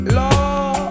law